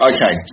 Okay